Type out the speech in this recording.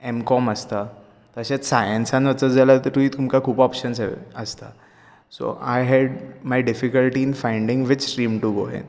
M कोम आसता तशेंच सायेन्सांत वचत जााल्यार थंयूय तुमकां खूब ओपशन्स आसतात so I had my difficulty in finding which stream to go in